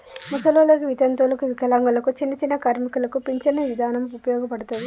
ముసలోల్లకి, వితంతువులకు, వికలాంగులకు, చిన్నచిన్న కార్మికులకు పించను ఇదానం ఉపయోగపడతది